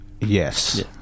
Yes